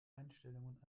einstellungen